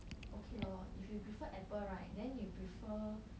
okay lor if you prefer apple right then you prefer